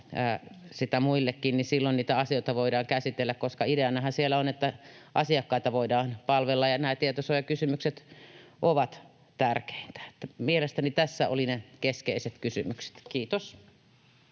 silloin niitä asioita voidaan käsitellä, koska ideanahan siellä on, että asiakkaita voidaan palvella. Nämä tietosuojakysymykset ovat tärkeitä. Mielestäni tässä olivat ne keskeiset kysymykset. — Kiitos.